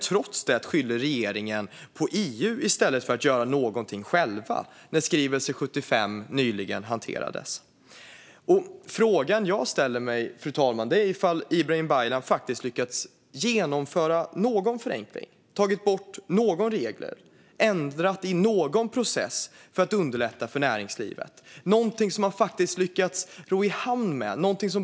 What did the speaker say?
Trots det skyller regeringen på EU i stället för att göra någonting själva när skrivelse 75 nyligen hanterades. Fru talman! Frågan jag ställer mig är ifall Ibrahim Baylan har lyckats genomföra någon förenkling, ta bort någon regel eller ändra i någon process för att underlätta för näringslivet. Finns det någonting som han faktiskt har lyckats ro i hamn, som har blivit av?